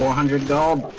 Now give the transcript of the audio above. hundred and um